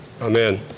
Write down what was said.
Amen